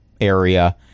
area